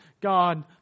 God